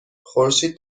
خورشید